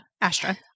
Astra